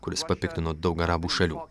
kuris papiktino daug arabų šalių